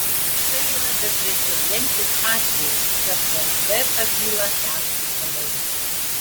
tai yra beprecedentis atvejis kad vsd tą bylą tęstų toliau